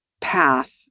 path